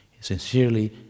sincerely